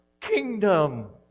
kingdom